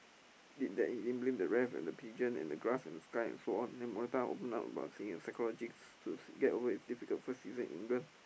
did that and he didn't blame the ref and the pigeon and the grass and the sky and so on then Morata opened up on seeing a psychologist to get over his difficult first season in England